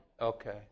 Okay